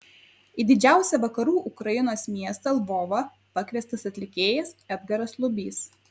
į didžiausią vakarų ukrainos miestą lvovą pakviestas atlikėjas edgaras lubys